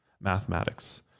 mathematics